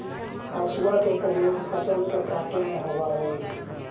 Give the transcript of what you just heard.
हसुआ के प्रयोग फसल के काटे में होवऽ हई